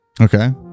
okay